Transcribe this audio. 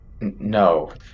No